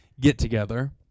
get-together